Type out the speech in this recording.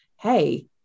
Hey